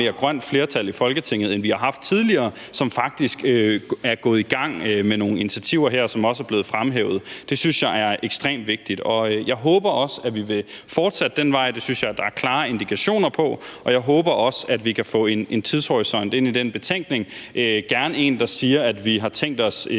mere grønt flertal i Folketinget, end vi har haft tidligere, som faktisk er gået i gang med nogle initiativer, sådan som det også er blevet fremhævet. Det synes jeg er ekstremt vigtigt. Jeg håber også, at vi kan fortsætte ad den vej. Det synes jeg at der er klare indikationer på. Og jeg håber også, at vi kan få en tidshorisont ind i den betænkning og gerne en, hvori der står, at vi i næste